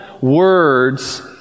words